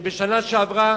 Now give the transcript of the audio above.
בשנה שעברה